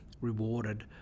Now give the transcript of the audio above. rewarded